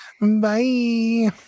Bye